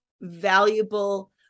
valuable